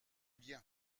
bien